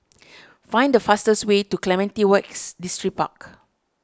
find the fastest way to Clementi West Distripark